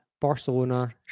Barcelona